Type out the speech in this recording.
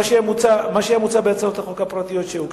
מה שהיה מוצע בהצעות החוק הפרטיות שהוגשו.